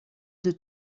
deux